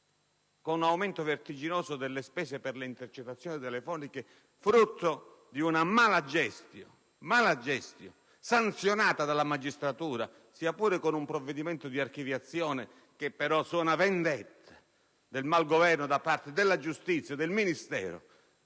con un aumento vertiginoso delle spese per le intercettazioni telefoniche, frutto di una *mala gestio* sanzionata dalla magistratura, sia pure con un provvedimento di archiviazione che però grida vendetta per il mal governo dei soldi degli italiani da parte del Ministero